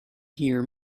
hear